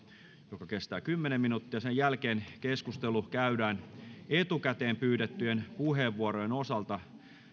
joka kestää kymmenen minuuttia jälkeen keskustelu käydään etukäteen pyydettyjen puheenvuorojen osalta